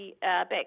back